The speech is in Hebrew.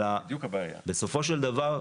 אלא בסופו של דבר,